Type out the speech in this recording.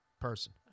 person